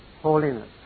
holiness